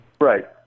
Right